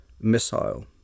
missile